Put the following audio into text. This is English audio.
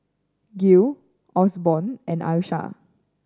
Gil Osborn and Alysha